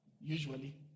usually